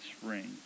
spring